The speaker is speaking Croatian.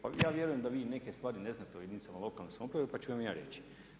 Pa ja vjerujem da vi neke stvari ne znate o jedinicama lokalne samouprave pa ću vam ja reći.